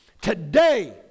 Today